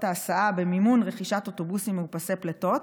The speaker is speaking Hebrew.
ההסעה במימון רכישת אוטובוסים מאופסי פליטות,